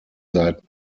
seiten